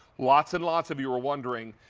lots and lots of you are wondering,